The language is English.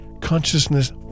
consciousness